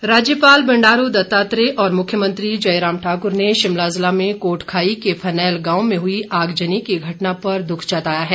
आग राज्यपाल बंडारू दत्तात्रेय और मुख्यमंत्री जयराम ठाक्र ने शिमला जिला में कोटखाई के फनैल गांव में हुई आगजनी की घटना पर दुख जताया है